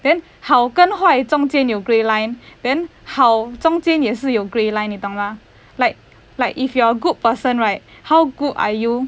then 好跟坏中间有 grey line then 好中间也是有 grey line 你懂吗 like like if you're good person right how good are you